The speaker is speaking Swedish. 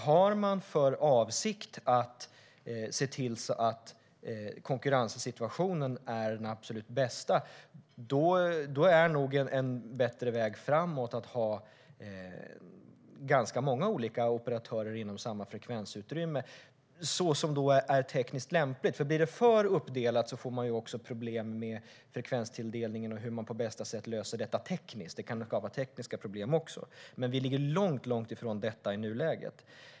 Har man för avsikt att se till att konkurrenssituationen är den absolut bästa är det nog en bättre väg framåt att ha ganska många olika operatörer inom samma frekvensutrymme, så som är tekniskt lämpligt. Blir det för uppdelat får man ju också problem med frekvenstilldelningen och hur man på bästa sätt löser detta tekniskt. Det kan skapa tekniska problem också. Men vi ligger långt ifrån detta i nuläget.